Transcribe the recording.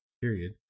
Period